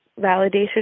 validation